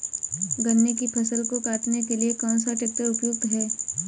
गन्ने की फसल को काटने के लिए कौन सा ट्रैक्टर उपयुक्त है?